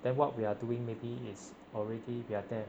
then what we are doing maybe is already we are there